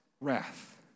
wrath